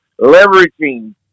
leveraging